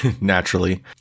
Naturally